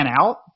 out